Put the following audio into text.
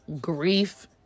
grief